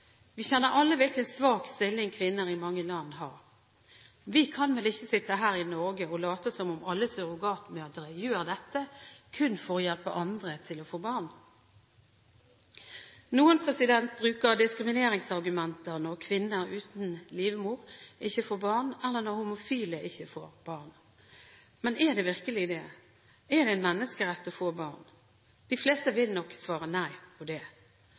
Vi kjenner alle hvilken svak stilling kvinner i mange land har. Vi kan vel ikke sitte her i Norge og late som om alle surrogatmødre gjør dette kun for å hjelpe andre til å få barn? Noen bruker diskrimineringsargumentet når kvinner uten livmor ikke får barn, eller når homofile ikke får barn. Men er det virkelig det? Er det en menneskerett å få barn? De fleste vil nok svare nei på det.